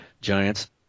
giants